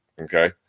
Okay